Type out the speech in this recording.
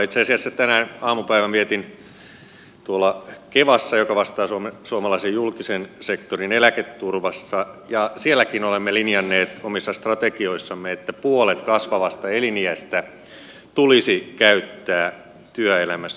itse asiassa tänään aamupäivän vietin tuolla kevassa joka vastaa suomalaisen julkisen sektorin eläketurvasta ja sielläkin olemme linjanneet omissa strategioissamme että puolet kasvavasta eliniästä tulisi käyttää työelämässä